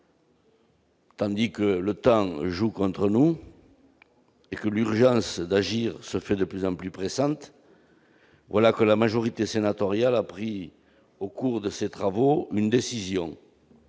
partout, que le temps joue contre nous et que l'urgence d'agir se fait de plus en plus pressante, voilà que la majorité sénatoriale a pris une décision